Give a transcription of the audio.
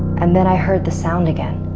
and then i heard the sound again.